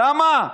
למה?